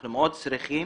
אנחנו מאוד צריכים